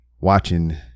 watching